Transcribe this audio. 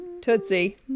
tootsie